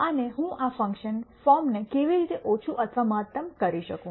અને હું આ ફંકશનલ ફોર્મ ને કેવી રીતે ઓછું અથવા મહત્તમ કરી શકું